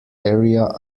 area